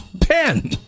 pen